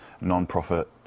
non-profit